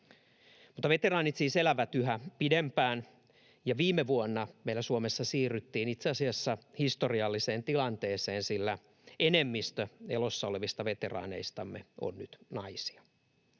Veteraanit siis elävät yhä pidempään, ja viime vuonna meillä Suomessa siirryttiin itse asiassa historialliseen tilanteeseen, sillä enemmistö elossa olevista veteraaneistamme on nyt naisia.